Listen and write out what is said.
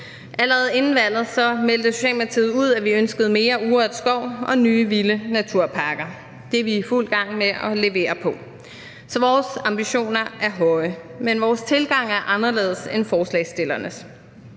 Allerede inden valget meldte Socialdemokratiet ud, at vi ønskede mere urørt skov og nye vilde naturparker – det er vi i fuld gang med at levere på. Så vores ambitioner er høje, men vores tilgang er anderledes end forslagsstillernes.